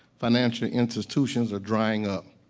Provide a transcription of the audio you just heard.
financial institutions are drying up.